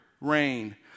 rain